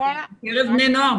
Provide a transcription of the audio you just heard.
בקרב בני נוער,